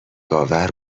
آور